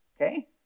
okay